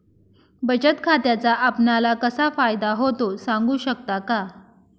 बचत खात्याचा आपणाला कसा फायदा होतो? सांगू शकता का?